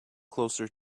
closer